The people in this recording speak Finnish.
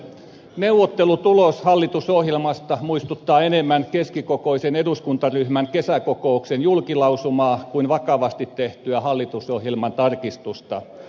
neuvottelutulos hallitusohjelmasta muistuttaa enemmän keskikokoisen eduskuntaryhmän kesäkokouksen julkilausumaa kuin vakavasti tehtyä hallitusohjelman tarkistusta